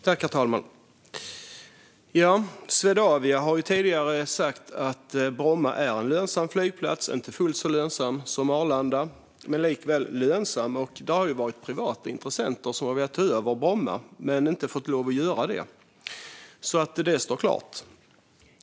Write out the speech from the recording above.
Herr talman! Swedavia har tidigare sagt att Bromma är en lönsam flygplats - inte fullt så lönsam som Arlanda men likväl lönsam. Det har funnits privata intressenter som har velat ta över Bromma men som inte har fått lov att göra det. Jag vill säga det så att det står klart.